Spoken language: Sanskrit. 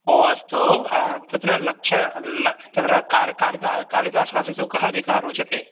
अस्तु तत्र लक्ष्य ल तत्र कालि कालिदा कालिदासादिषु कः अधिकः रोचते